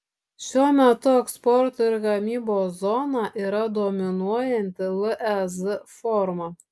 šiuo metu eksporto ir gamybos zona yra dominuojanti lez forma